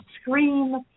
scream